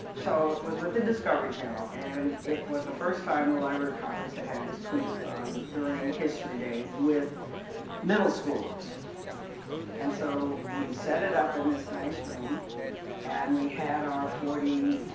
so it was with the discovery channel and it was the first time the library of congress had and this tweet-a-thon during history day with middle-schoolers and so we set it up in this nice room and we had our forty